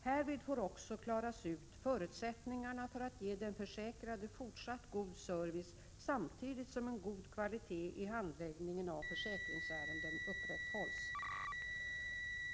Härvid får också klaras ut förutsättningarna för att ge den försäkrade fortsatt enkla och effektivisera socialförsäkringen god service samtidigt som en god kvalitet i handläggningen av försäkringsärenden upprätthålls.